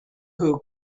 who